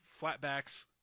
flatbacks